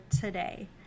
today